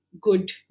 good